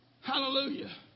Hallelujah